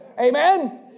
Amen